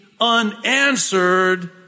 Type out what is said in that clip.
Unanswered